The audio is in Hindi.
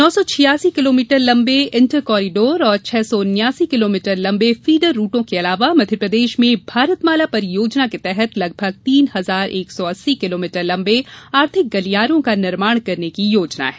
नौ सौ छियासी किलोमीटर लंबे इंटर कॉरिडोर और छह सौ उन्यासी किलोमीटर लंबे फीडर रूटों के अलावा मध्य प्रदेश में भारतमाला परियोजना के तहत लगभग तीन हजार एक सौ अस्सी किलोमीटर लंबे आर्थिक गलियारों का निर्माण करने की योजना है